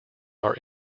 are